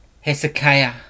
Hezekiah